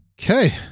Okay